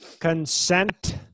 consent